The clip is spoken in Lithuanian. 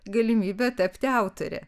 galimybę tapti autore